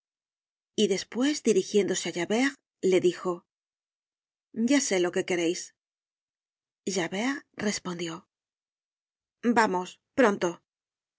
y despues dirigiéndose á javert le dijo ya sé lo que quereis javert respondió vamos pronto el